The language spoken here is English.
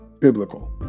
biblical